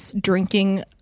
drinking